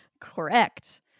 Correct